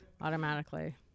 Automatically